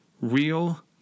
Real